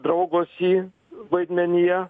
draugo si vaidmenyje